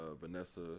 Vanessa